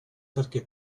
perché